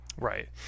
Right